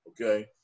okay